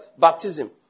baptism